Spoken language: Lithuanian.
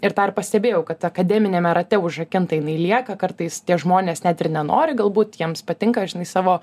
ir dar pastebėjau kad akademiniame rate užrakinta jinai lieka kartais tie žmonės net ir nenori galbūt jiems patinka žinai savo